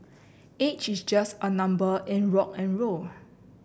age is just a number in rock N roll